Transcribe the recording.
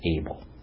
able